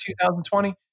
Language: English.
2020